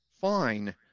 fine